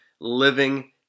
Living